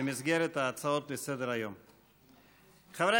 במסגרת הצעות לסדר-היום מס' 10063,